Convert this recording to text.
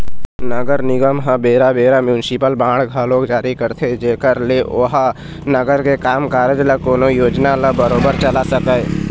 नगर निगम ह बेरा बेरा म्युनिसिपल बांड घलोक जारी करथे जेखर ले ओहा नगर के काम कारज ल कोनो योजना ल बरोबर चला सकय